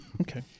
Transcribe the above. okay